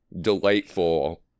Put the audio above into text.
delightful